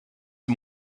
die